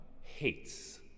hates